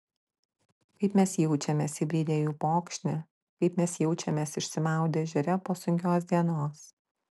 kaip mes jaučiamės įbridę į upokšnį kaip mes jaučiamės išsimaudę ežere po sunkios dienos